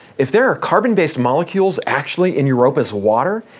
if there are carbon-based molecules actually in europa's water,